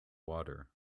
water